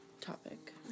topic